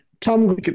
Tom